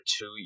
two